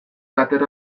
plater